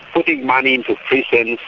putting money into prisons,